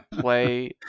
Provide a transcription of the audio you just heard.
play